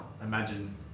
imagine